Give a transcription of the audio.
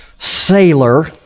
Sailor